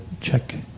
check